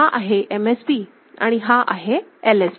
हा आहे MSB आणि हा आहे LSB